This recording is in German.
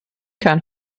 kein